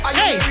hey